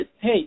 hey